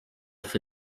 for